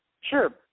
sure